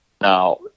Now